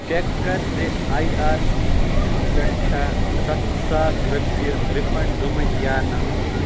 چک کَر زِ I R C T C پٮ۪ٹھ چھا سَتھ ساس رۄپیہِ رِفنڈ گٔمٕتۍ یا نہٕ